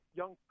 young